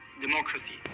democracy